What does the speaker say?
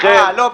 אה, לא.